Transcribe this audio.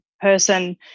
person